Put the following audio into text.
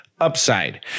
upside